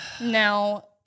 now